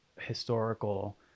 historical